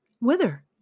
Whither